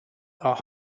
are